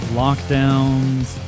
lockdowns